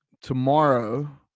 tomorrow